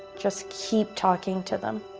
just keep talking to them.